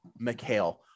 McHale